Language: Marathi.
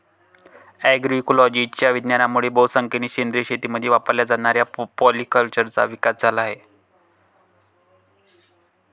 अग्रोइकोलॉजीच्या विज्ञानामुळे बहुसंख्येने सेंद्रिय शेतीमध्ये वापरल्या जाणाऱ्या पॉलीकल्चरचा विकास झाला आहे